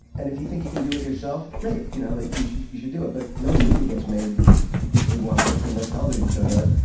and if you think you can do it yourself? great. you know, you should you should do it, but no movie gets made with one person. no television show does.